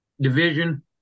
division